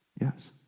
Yes